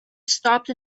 stopped